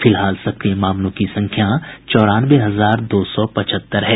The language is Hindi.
फिलहाल सक्रिय मामलों की संख्या चौरानवे हजार दो सौ पचहत्तर है